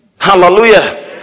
Hallelujah